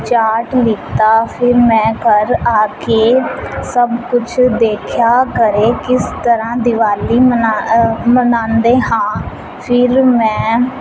ਚਾਟ ਲਿਆ ਫਿਰ ਮੈਂ ਘਰ ਆ ਕੇ ਸਭ ਕੁਝ ਦੇਖਿਆ ਘਰੇ ਕਿਸ ਤਰ੍ਹਾਂ ਦੀਵਾਲੀ ਮਨਾ ਮਨਾਉਂਦੇ ਹਾਂ ਫਿਰ ਮੈਂ